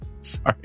sorry